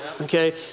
okay